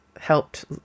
helped